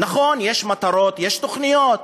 נכון, יש מטרות, יש תוכניות,